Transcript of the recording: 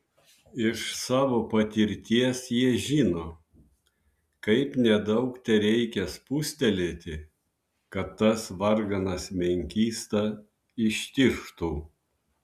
iš savo patirties jie žino kaip nedaug tereikia spustelėti kad tas varganas menkysta ištižtų